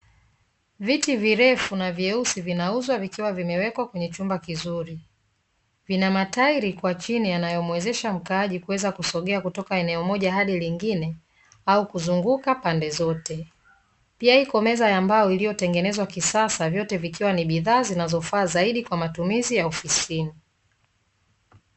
Viti virefu naa vyeusi vinauzwa vikiwa vimewekwa kwenye chumba kizuri. Vinamatairi kwa chini yanayomuwezesha mkaaji kuwaza kutoka eneo moja mpaka lingine au kuzunguka pande zote. Pia iko meza ya mbao ilitengenezwa kisasa vyote vikiwa ni bidhaa zinazofaa zaidi kwa matumizi ya ofisini.